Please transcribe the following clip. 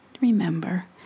remember